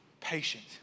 patient